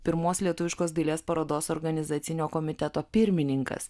pirmos lietuviškos dailės parodos organizacinio komiteto pirmininkas